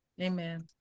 Amen